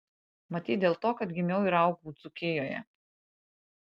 matyt dėl to kad gimiau ir augau dzūkijoje